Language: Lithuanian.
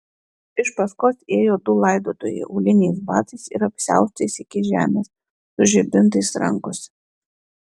iš paskos ėjo du laidotojai auliniais batais ir apsiaustais iki žemės su žibintais rankose